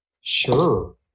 sure